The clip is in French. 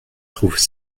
trouve